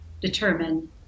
determine